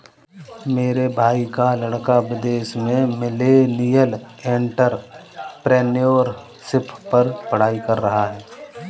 मेरे भाई का लड़का विदेश में मिलेनियल एंटरप्रेन्योरशिप पर पढ़ाई कर रहा है